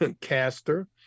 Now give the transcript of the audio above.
caster